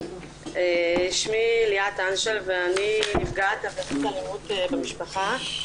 שמי ליאת אנשל ואני נפגעת עבירת אלימות במשפחה.